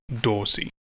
Dorsey